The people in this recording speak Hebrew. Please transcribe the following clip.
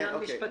עניין משפטי.